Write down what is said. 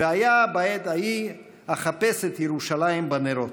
"והיה בעת ההיא אחפש את ירושלם בנרות".